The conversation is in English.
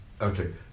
Okay